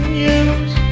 news